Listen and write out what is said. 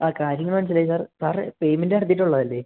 ആ കാര്യങ്ങൾ മനസിലായി സാർ സാര് പേയ്മെൻറ്റ് നടത്തിയിട്ടുള്ളതല്ലേ